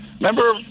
remember